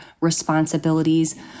responsibilities